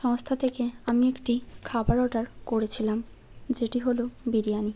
সংস্থা থেকে আমি একটি খাবার অর্ডার করেছিলাম যেটি হল বিরিয়ানি